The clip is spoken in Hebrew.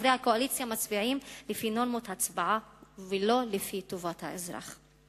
חברי הקואליציה מצביעים לפי נורמות הצבעה ולא לפי טובת האזרח.